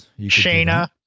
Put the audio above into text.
Shayna